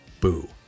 Boo